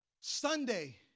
Sunday